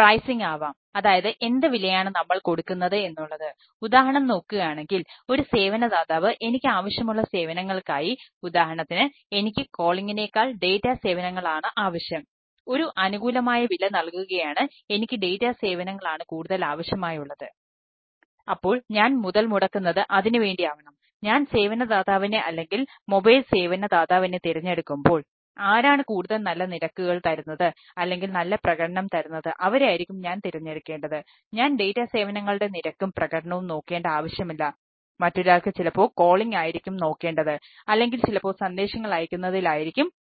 ആയിരിക്കും നോക്കേണ്ടത് അല്ലെങ്കിൽ ചിലപ്പോൾ സന്ദേശങ്ങൾ അയക്കുന്നതിൽ ആയിരിക്കും